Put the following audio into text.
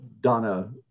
Donna